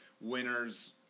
winner's –